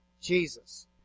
Jesus